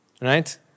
Right